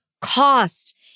cost